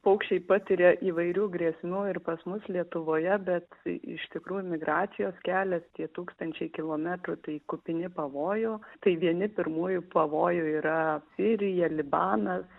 paukščiai patiria įvairių grėsmių ir pas mus lietuvoje bet iš tikrųjų migracijos kelias tie tūkstančiai kilometrų tai kupini pavojų tai vieni pirmųjų pavojų yra sirija libanas